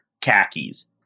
khakis